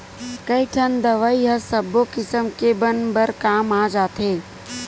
कइठन दवई ह सब्बो किसम के बन बर काम आ जाथे